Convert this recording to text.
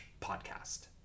podcast